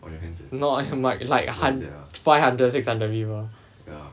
!hannor! like like hun~ five hundred six hundred people